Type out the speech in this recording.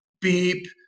beep